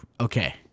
Okay